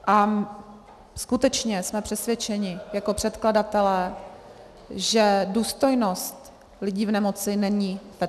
A skutečně jsme přesvědčeni jako předkladatelé, že důstojnost lidí v nemoci není fetiš.